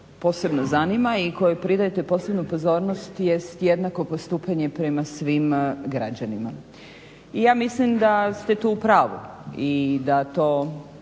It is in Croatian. posebno zanima i kojoj pridajete posebnu pozornost jest jednako postupanje prema svim građanima i ja mislim da ste tu u pravu i da to